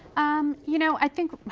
um you know, i think